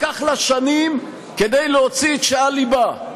לקח לה שנים כדי להוציא את שעל לבה,